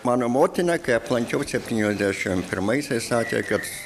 mano motina kai aplankiau septyniasdešim pirmaisiais sakė kad